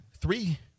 three